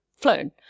flown